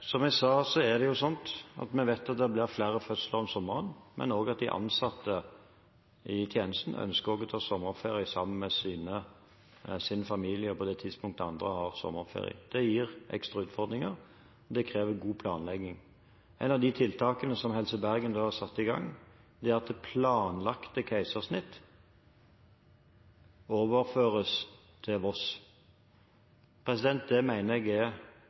blir flere fødsler om sommeren, men også at de ansatte i tjenesten ønsker å ta sommerferie sammen med sin familie på det tidspunktet andre har sommerferie. Det gir ekstra utfordringer, og det krever god planlegging. Et av de tiltakene som Helse Bergen har satt i gang, er at planlagte keisersnitt overføres til Voss. Det mener jeg virker som en fornuftig måte å håndtere den vanskelige situasjonen på. Dette er